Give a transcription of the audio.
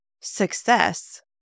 success